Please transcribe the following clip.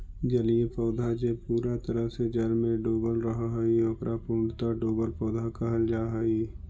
जलीय पौधा जे पूरा तरह से जल में डूबल रहऽ हई, ओकरा पूर्णतः डुबल पौधा कहल जा हई